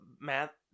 Matt